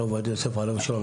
הרב עובדיה יוסף עליו השלום,